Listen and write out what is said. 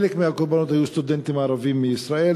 חלק מהקורבנות היו סטודנטים ערבים מישראל,